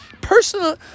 personal